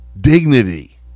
dignity